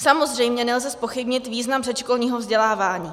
Samozřejmě nelze zpochybnit význam předškolního vzdělávání.